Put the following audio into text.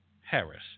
harris